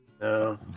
No